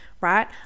right